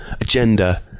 agenda